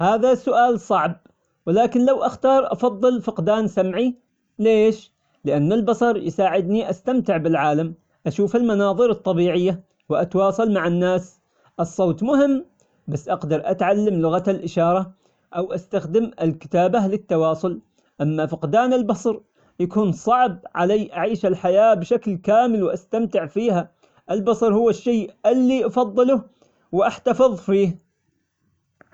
هذا سؤال صعب، ولكن لو أختار أفضل فقدان سمعي، ليش؟ لأن البصر يساعدني أستمتع بالعالم، أشوف المناظر الطبيعية وأتواصل مع الناس، الصوت مهم بس أقدر أتعلم لغة الإشارة، أو أستخدم الكتابة للتواصل، أما فقدان البصر يكون صعب علي أعيش الحياة بشكل كامل وأستمتع فيها، البصر هو الشي اللي أفضله وأحتفظ فيه.